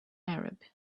arab